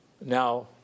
Now